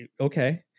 Okay